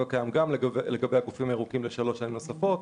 הקיים גם לגבי הגופים הירוקים לשלוש שנים נוספות.